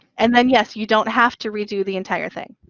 and then yes, you don't have to redo the entire thing.